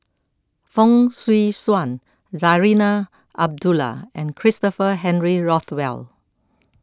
Fong Swee Suan Zarinah Abdullah and Christopher Henry Rothwell